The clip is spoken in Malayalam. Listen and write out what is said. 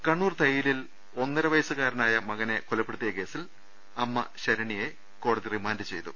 കണ്ണൂർ തയ്യിലിൽ ഒന്നര വയസുകാരനായ മകനെ കൊലപ്പെടു ത്തിയ കേസിൽ അമ്മ ശരണ്യയെ കോടതി റിമാന്റ് ചെയ്തു